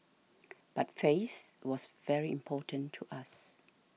but face was very important to us